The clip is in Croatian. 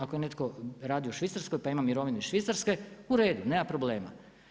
Ako je netko radio u Švicarskoj pa ima mirovinu iz Švicarske, uredu, nema problema.